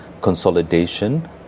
consolidation